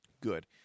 good